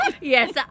yes